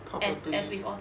probably